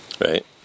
Right